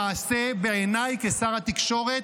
בעיניי כשר התקשורת,